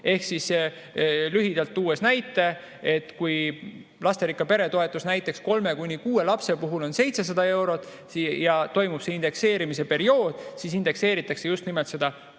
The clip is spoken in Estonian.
Ehk siis lühidalt – toon näite –, kui lasterikka pere toetus näiteks kolme kuni kuue lapse puhul on 700 eurot ja on see indekseerimise periood, siis indekseeritakse just nimelt seda baassummat.